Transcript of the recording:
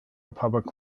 public